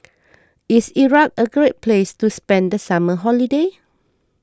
is Iraq a great place to spend the summer holiday